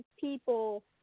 people